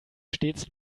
stets